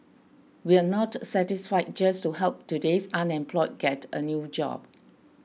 we are not satisfied just to help today's unemployed get a new job